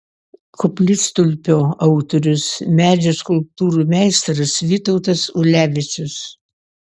koplytstulpio autorius medžio skulptūrų meistras vytautas ulevičius